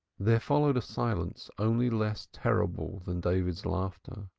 there followed a silence only less terrible than david's laughter.